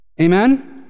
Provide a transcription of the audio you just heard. Amen